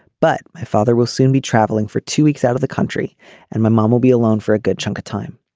but my father will soon be traveling for two weeks out of the country and my mom will be alone for a good chunk of time.